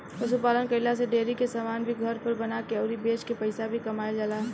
पशु पालन कईला से डेरी के समान भी घर पर बना के अउरी बेच के पईसा भी कमाईल जाला